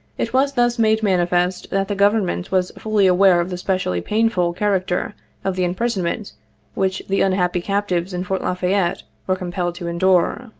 it was thus made manifest that the government was fully aware of the specially painful character of the imprisonment which the unhappy captives in fort la fayette were compelled to endure.